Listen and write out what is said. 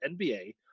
NBA